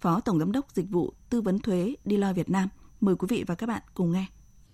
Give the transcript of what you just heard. Phó Tổng Giám đốc Dịch vụ Tư vấn Thuế Deloitte Việt Nam. Mời quý vị và các bạn cùng nghe.